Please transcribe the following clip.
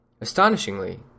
Astonishingly